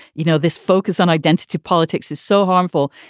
you know, this focus on identity politics is so harmful.